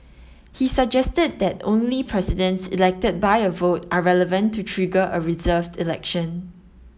he suggested that only Presidents elected by a vote are relevant to trigger a reserved election